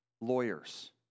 lawyers